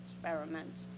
experiments